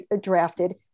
drafted